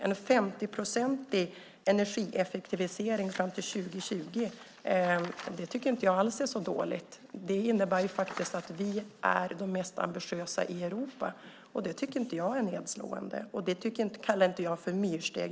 En 50-procentig energieffektivisering fram till 2020 tycker jag inte är dålig. Det innebär att vi är mest ambitiösa i Europa, och det tycker jag inte är nedslående. Inte heller kallar jag det för myrsteg.